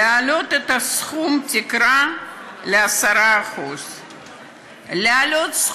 להעלות את סכום התקרה ל-10% להעלות את